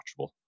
watchable